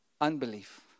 unbelief